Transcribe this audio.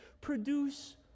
produce